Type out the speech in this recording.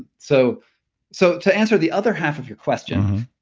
so so to answer the other half of your question,